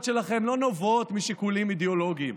שלכם לא נובעות משיקולים אידיאולוגיים.